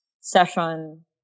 session